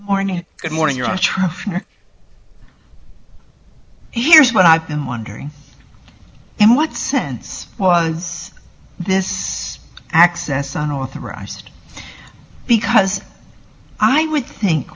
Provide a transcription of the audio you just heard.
morning good morning you're on time here's what i've been wondering in what sense was this access an authorized because i would think